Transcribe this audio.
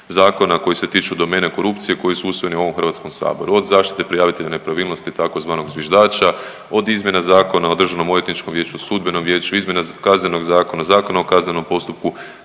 koji se tiču domene korupcije koji su usvojeni u ovom HS-u od zaštite prijavitelja nepravilnost tzv. zviždača, od izmjene Zakona o državnoodvjetničkom vijeću, sudbenom vijeću, izmjena Kaznenog zakona, Zakona o kaznenom postupku,